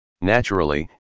Naturally